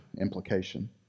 implication